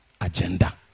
agenda